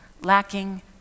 lacking